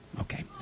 okay